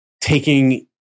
taking